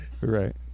Right